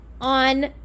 on